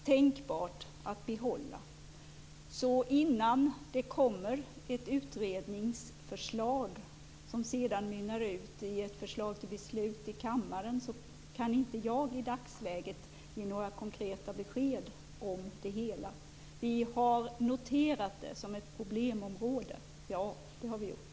Innan det kommer ett utredningsförslag, som sedan mynnar ut i ett förslag till beslut i kammaren, kan inte jag ge några konkreta besked om det hela. Vi har noterat det som ett problemområde, ja, det har vi gjort.